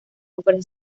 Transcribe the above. ofrece